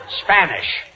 Spanish